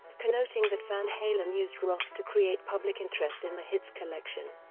connoting that van halen used roth to create public interest in the hits collection.